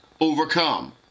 overcome